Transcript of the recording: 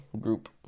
group